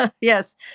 Yes